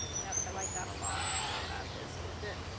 yep, i like that a lot. and we'll add this with it.